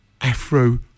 afro